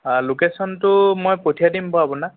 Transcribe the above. লোকেশ্য়নটো মই পঠিয়াই দিম বাৰু আপোনাক